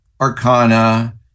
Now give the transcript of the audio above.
arcana